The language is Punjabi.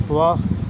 ਵਾਹ